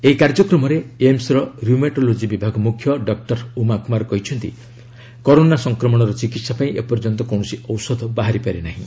ଏହି କାର୍ଯ୍ୟକ୍ରମରେ ଏମ୍ସର ର୍ୟୁମାଟୋଲୋକି ବିଭାଗ ମୁଖ୍ୟ ଡକ୍କର ଉମାକୁମାର କହିଛନ୍ତି କରୋନା ସଂକ୍ରମଣର ଚିକିତ୍ସା ପାଇଁ ଏପର୍ଯ୍ୟନ୍ତ କୌଣସି ଔଷଧ ବାହାରିପାରି ନାହିଁ